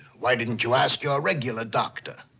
why didn't you ask your regular doctor?